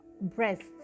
breasts